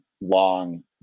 long